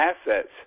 assets